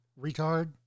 retard